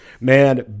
man